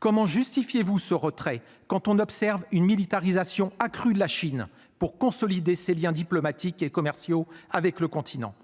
Comment justifiez-vous ce retrait quand on observe une militarisation accrue de la Chine pour consolider ses Liens diplomatiques et commerciaux avec le continent.